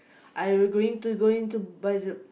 I will going to going to by the